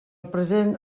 present